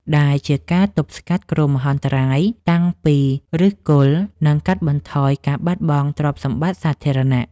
ដែលជាការទប់ស្កាត់គ្រោះមហន្តរាយតាំងពីឫសគល់ និងកាត់បន្ថយការបាត់បង់ទ្រព្យសម្បត្តិសាធារណៈ។